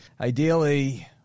Ideally